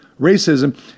racism